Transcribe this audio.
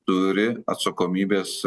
turi atsakomybės